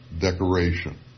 decoration